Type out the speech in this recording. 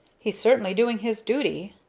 he's certainly doing his duty.